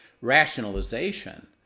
rationalization